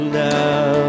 now